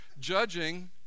judging